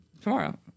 tomorrow